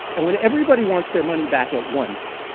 and when everybody wants their money back at once,